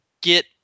get